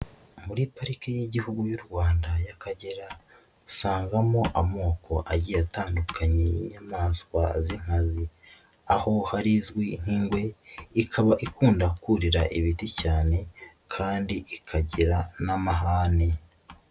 Muri Parike y'Igihugu y'u Rwanda y'Akagera usangamo amoko agiye atandukanye y'inyamaswa z'inkazi, aho hari izwi nk'ingwe ikaba ikunda kurira ibiti cyane kandi ikagira n'amahane.